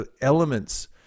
elements